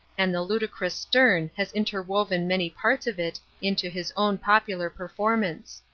and the ludicrous sterne has interwoven many parts of it into his own popular performance.